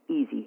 easy